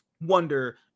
Wonder